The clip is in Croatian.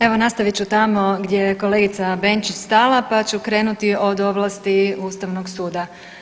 Evo nastavit ću tamo gdje je kolegica Benčić stala pa ću krenuti od ovlasti Ustavnog suda.